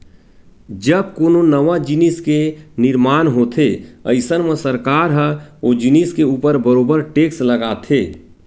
जब कोनो नवा जिनिस के निरमान होथे अइसन म सरकार ह ओ जिनिस के ऊपर बरोबर टेक्स लगाथे